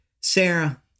Sarah